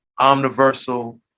omniversal